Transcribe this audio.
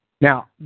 Now